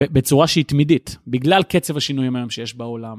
בצורה שהיא תמידית, בגלל קצב השינויים היום שיש בעולם.